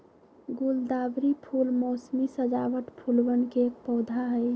गुलदावरी फूल मोसमी सजावट फूलवन के एक पौधा हई